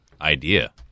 idea